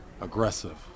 aggressive